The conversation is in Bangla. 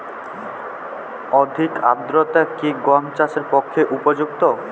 অধিক আর্দ্রতা কি গম চাষের পক্ষে উপযুক্ত?